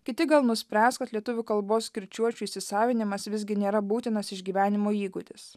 kiti gal nuspręs kad lietuvių kalbos kirčiuočių įsisavinimas visgi nėra būtinas išgyvenimo įgūdis